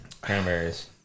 Cranberries